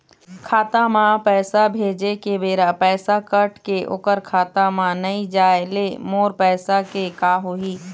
खाता म पैसा भेजे के बेरा पैसा कट के ओकर खाता म नई जाय ले मोर पैसा के का होही?